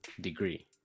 Degree